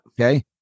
Okay